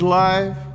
life